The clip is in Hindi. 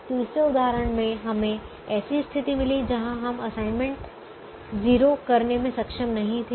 तीसरे उदाहरण मे हमें ऐसी स्थिति मिली जहां हम असाइनमेंट्स 0 करने में सक्षम नहीं थे